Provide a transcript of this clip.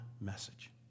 message